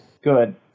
Good